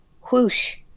whoosh